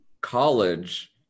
College